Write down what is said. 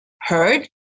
heard